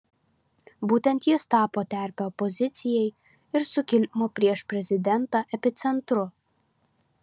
būtent jis tapo terpe opozicijai ir sukilimo prieš prezidentą epicentru